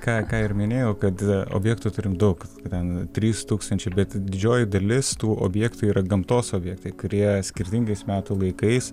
ką ką ir minėjau kad objektų turim daug bent trys tūkstančiai bet didžioji dalis tų objektų yra gamtos objektai kurie skirtingais metų laikais